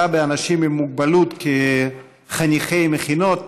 (הכרה באנשים עם מוגבלות כחניכי מכינות),